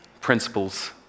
principles